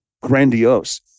grandiose